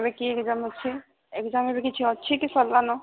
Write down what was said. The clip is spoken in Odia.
ଏବେ କି ଏଗ୍ଜାମ୍ ଅଛି ଏଗ୍ଜାମ୍ ଏବେ କିଛି ଅଛି କି ସରିଲାଣି